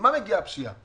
ממה מגיעה הפשיעה?